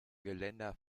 geländer